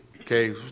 Okay